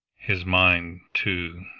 his mind, too,